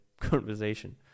conversation